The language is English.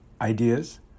ideas